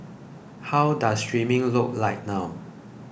how does streaming look like now